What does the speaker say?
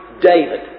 David